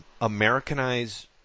Americanize